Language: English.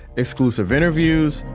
exclusive interviews,